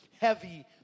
heavy